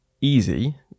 easy